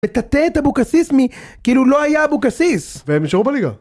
ותטא את אבוקסיס מ... כאילו לא היה אבוקסיס! והם נשארו בליגה.